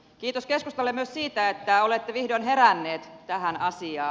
kiitos keskustalle myös siitä että olette vihdoin heränneet tähän asiaan